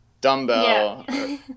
dumbbell